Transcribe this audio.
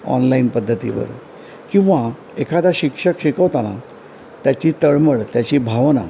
online पद्धतीवर किंवा एखादा शिक्षक शिकवताना त्याची तळमळ त्याची भावना